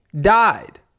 died